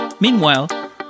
Meanwhile